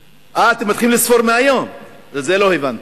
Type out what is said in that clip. אה, אתם מתחילים לספור מהיום, את זה לא הבנתי.